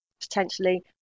potentially